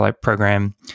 program